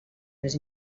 més